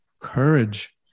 courage